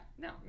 no